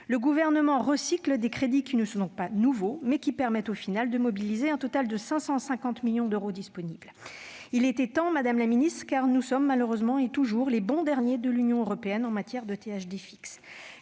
Le Gouvernement recycle des crédits qui ne sont pas nouveaux, mais ils permettent de mobiliser un total de 550 millions d'euros. Il était temps, madame la ministre, car nous sommes malheureusement toujours les bons derniers de l'Union européenne en matière de très